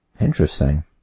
Interesting